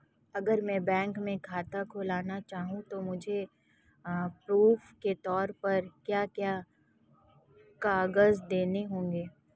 अगर मैं बैंक में खाता खुलाना चाहूं तो मुझे प्रूफ़ के तौर पर क्या क्या कागज़ देने होंगे?